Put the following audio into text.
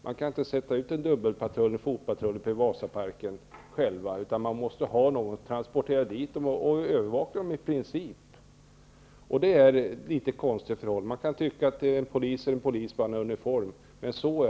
Man kan inte sätta ut en dubbelpatrull, en fotpatrull, bestående av dessa personer uppe i Vasaparken, utan de måste transporteras dit och i princip övervakas. Det är ett litet konstigt förhållande. Man kan tycka att en polis är en polis om han bara har uniform på sig.